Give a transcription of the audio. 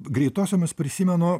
greitosiomis prisimenu